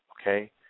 okay